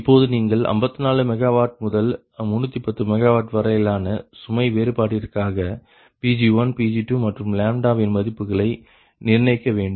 இப்பொழுது நீங்கள் 54 MW முதல் 310 MW வரையிலான சுமை வேறுபாட்டிற்காக Pg1 Pg2 மற்றும் வின் மதிப்புகளை நிர்ணயிக்க வேண்டும்